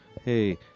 hey